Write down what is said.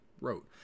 wrote